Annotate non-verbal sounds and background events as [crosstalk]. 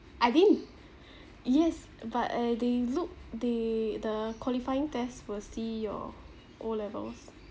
I didn't [breath] yes but uh they look they the qualifying test will see your O levels [breath]